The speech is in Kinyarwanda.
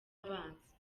abanza